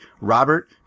robert